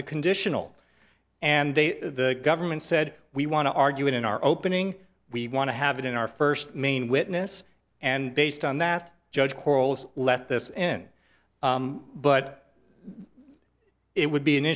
as a conditional and they the government said we want to argue it in our opening we want to have it in our first main witness and based on that judge corals let this in but it would be an